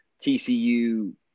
TCU